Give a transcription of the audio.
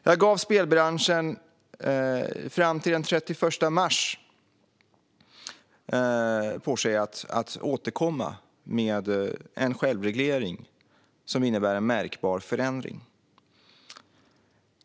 Jag gav spelbranschen fram till den 31 mars på sig att återkomma med en självreglering som innebär en märkbar förändring.